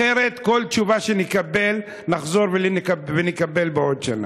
אחרת כל תשובה שנקבל נחזור ונקבל בעוד שנה?